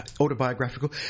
autobiographical